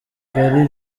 ari